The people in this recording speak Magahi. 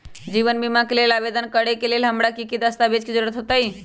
जीवन बीमा के लेल आवेदन करे लेल हमरा की की दस्तावेज के जरूरत होतई?